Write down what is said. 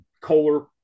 Kohler